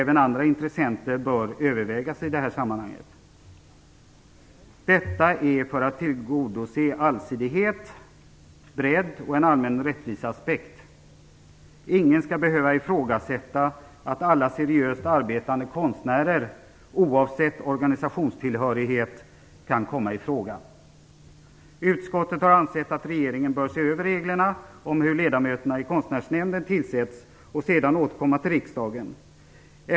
Även andra intressenter bör övervägas i detta sammanhang. Detta är för att tillgodose allsidighet, bredd och en allmän rättviseaspekt. Ingen skall behöva ifrågasätta att alla seriöst arbetande konstnärer, oavsett organisationstillhörighet, kan komma i fråga. Utskottet har ansett att regeringen bör se över reglerna för hur ledamöterna i Konstnärsnämnden tillsätts för att sedan återkomma till riksdagen.